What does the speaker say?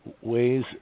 ways